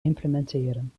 implementeren